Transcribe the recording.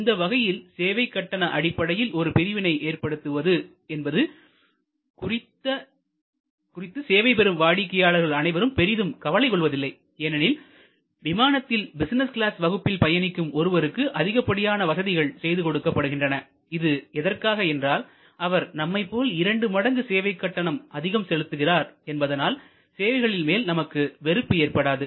இந்த வகையில் சேவை கட்டண அடிப்படையில் ஒரு பிரிவினை ஏற்படுத்துவது என்பது குறித்து சேவை பெறும் வாடிக்கையாளர்கள் அனைவரும் பெரிதும் கவலை கொள்வதில்லை ஏனெனில் விமானத்தில் பிசினஸ் கிளாஸ் வகுப்பில் பயணிக்கும் ஒருவருக்கு அதிகப்படியான வசதிகள் செய்து கொடுக்கப்படுகின்றன இது எதற்காக என்றால் அவர் நம்மைப் போல் இரண்டு மடங்கு சேவைக் கட்டணம் அதிகம் செலுத்துகிறார் என்பதனால் சேவைகளில் மேல் நமக்கு வெறுப்பு ஏற்படாது